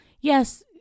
yes